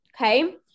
okay